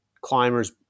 climbers